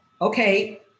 okay